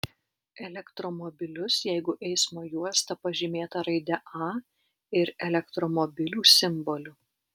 elektromobilius jeigu eismo juosta pažymėta raide a ir elektromobilių simboliu